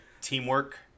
teamwork